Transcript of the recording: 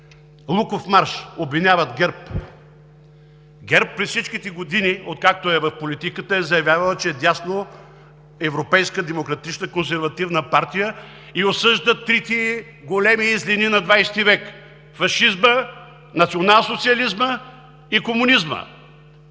Луковмарш обвиняват ГЕРБ. ГЕРБ през всичките години, откакто е в политиката, е заявявал, че е дясноевропейска демократична консервативна партия и осъжда трите големи злини на XX век – фашизма, националсоциализма и комунизма.